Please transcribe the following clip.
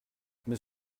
mais